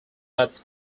but